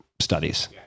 studies